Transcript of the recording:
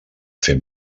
fer